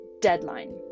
deadline